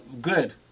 Good